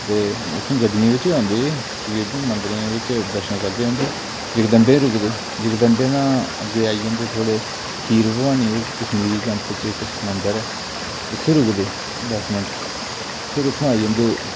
ते उत्थूं गड्डिएं बिच गै औंदे एह् तकरीबन मंदरें बिच दर्शन करदे औंदे जगदम्बे रुकदे जगदम्बे दा अग्गे आई जंदे थ्होड़े खीर भवानी कश्मीरी कैंप च इक मंदर ऐ उत्थै रुकदे दस मिंट फ्ही उत्थूं दा आई जंदे